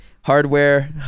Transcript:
Hardware